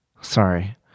Sorry